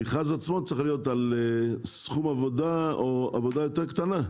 המכרז עצמו צריך להיות על סכום עבודה או על עבודה יותר קטנה,